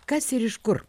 kas ir iš kur